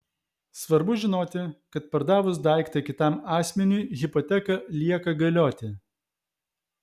svarbu žinoti kad pardavus daiktą kitam asmeniui hipoteka lieka galioti